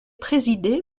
présidé